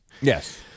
Yes